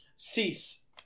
Cease